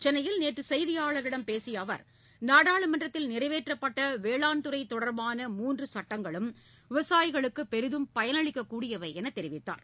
சென்னையில் நேற்று செய்தியாளர்களிடம் பேசிய அவர் நாடாளுமன்றத்தில் நிறைவேற்றப்பட்ட வேளாண்துறை தொடர்பான மூன்று சட்டங்களும் விவசாயிகளுக்கு பெரிதும் பயனளிக்கக்கூடியவை என்று அவர் தெரிவித்தார்